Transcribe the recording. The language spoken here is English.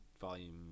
Volume